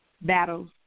battles